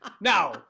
Now